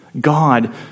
God